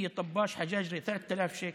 כעבייה-טבאש-חג'אג'רה, 3,000 שקל,